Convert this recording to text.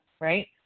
right